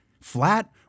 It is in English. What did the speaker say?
flat